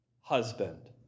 husband